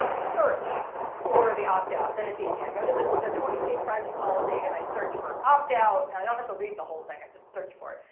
search for the opt out, then it's easy. i go to the the twenty page privacy policy and i search for opt out. and i don't have to read the whole thing, i just search for it.